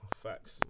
Facts